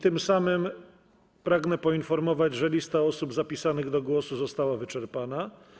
Tym samym pragnę poinformować, że lista osób zapisanych do głosu została wyczerpana.